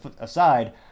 aside